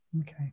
Okay